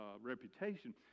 reputation